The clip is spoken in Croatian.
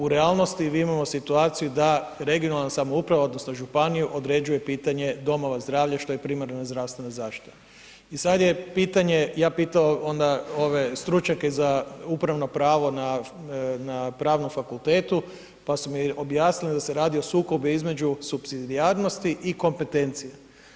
U realnosti imamo situaciju da regionalna samouprava odnosno županiju određuju pitanje domova zdravlja što je primarna zdravstvena zaštita i sad je pitanje, ja pitao onda ove stručnjake za upravno pravno na Pravnom fakultetu, pa su mi objasnili da se radi o sukobu između supsidijarnosti i kompetencija.